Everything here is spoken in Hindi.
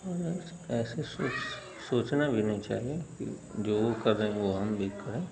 हम लोग ऐसे सोच सोचना भी नहीं चाहिए कि जो वे कर रहे वह हम भी करें